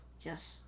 Yes